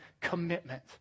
commitment